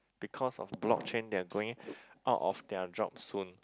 because of blockchain they are going out of their jobs soon